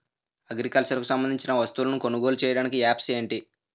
Agriculture కు సంబందించిన వస్తువులను కొనుగోలు చేయటానికి యాప్లు ఏంటి?